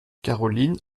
caroline